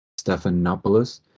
Stephanopoulos